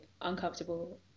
uncomfortable